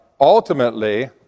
ultimately